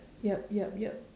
yup yup yup